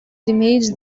damage